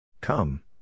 Come